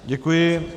Děkuji.